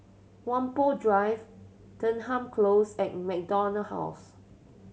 Whampoa Drive Denham Close and MacDonald House